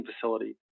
facility